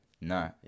No